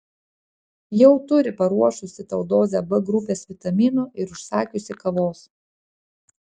jau turi paruošusi tau dozę b grupės vitaminų ir užsakiusi kavos